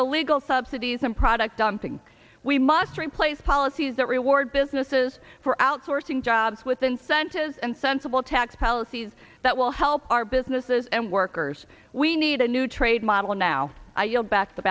illegal subsidies and product on thing we must replace policies that reward businesses for outsourcing jobs with incentives and sensible tax policies that will help our businesses and workers we need a new trade model now i yield back the